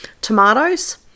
Tomatoes